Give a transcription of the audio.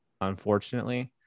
unfortunately